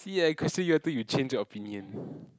see I question you until you change your opinion